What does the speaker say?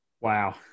Wow